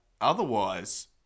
otherwise